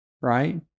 right